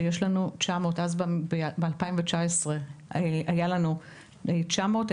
שב-2019 היו לנו 900 בקשות,